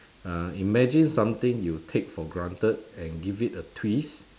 uh imagine something you take for granted and give it a twist